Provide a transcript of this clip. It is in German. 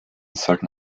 sollten